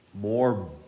More